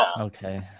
okay